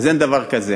אז אין דבר כזה.